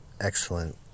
excellent